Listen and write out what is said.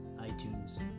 iTunes